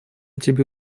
тебе